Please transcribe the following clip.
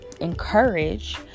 encourage